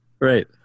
Right